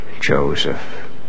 Joseph